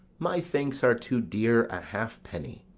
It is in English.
my thanks are too dear a halfpenny.